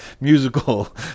musical